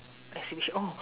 exhibition oh